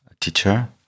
teacher